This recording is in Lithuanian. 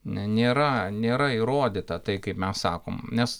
nėra nėra įrodyta tai kaip mes sakom nes